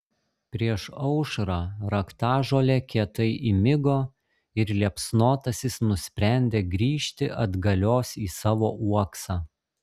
prieš aušrą raktažolė kietai įmigo ir liepsnotasis nusprendė grįžti atgalios į savo uoksą